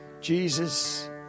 Jesus